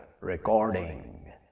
recording